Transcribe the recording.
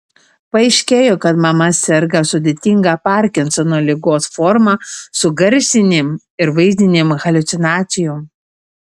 paaiškėjo kad mama serga sudėtinga parkinsono ligos forma su garsinėm ir vaizdinėm haliucinacijom